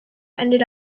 ended